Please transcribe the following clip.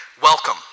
welcome